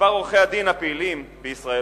מספר עורכי-הדין הפעילים בישראל,